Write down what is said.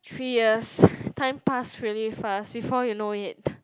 three years time pass really fast before you know it